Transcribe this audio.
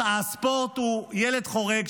הספורט הוא ילד חורג,